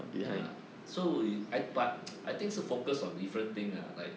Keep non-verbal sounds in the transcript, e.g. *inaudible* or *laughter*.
ya so I but *noise* 是 focus on different thing lah like